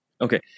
okay